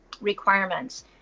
requirements